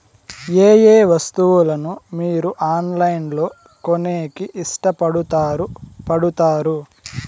ఏయే వస్తువులను మీరు ఆన్లైన్ లో కొనేకి ఇష్టపడుతారు పడుతారు?